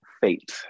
fate